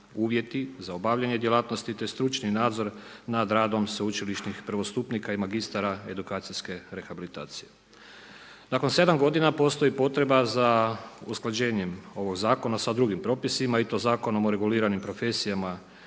uvjeti za obavljanje djelatnosti te stručni nadzor nad radom sveučilišnim prvostupnika i magistara edukacijske rehabilitacije. Nakon 7 godina postoji potreba za usklađenjem ovoga zakona sa drugim propisima i to Zakonom o reguliranim profesijama